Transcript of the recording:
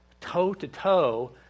toe-to-toe